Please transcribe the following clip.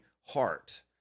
heart